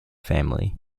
family